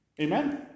Amen